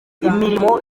imirimo